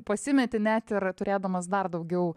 pasimeti net ir turėdamas dar daugiau